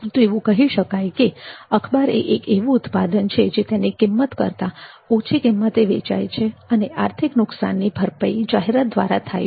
તો એવું કહી શકાય કે અખબાર એ એક એવું ઉત્પાદન છે જે તેની કિંમત કરતા ઓછી કિંમતે વેચાય છે અને આર્થિક નુકસાનની ભરપાઈ જાહેરાત દ્વારા થાય છે